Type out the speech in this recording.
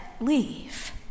leave